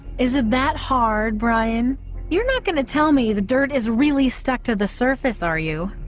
is it that hard brian you're not gonna tell me the dirt is really stuck to the surface are you?